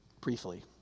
briefly